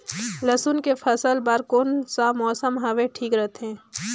लसुन के फसल बार कोन सा मौसम हवे ठीक रथे?